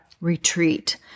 retreat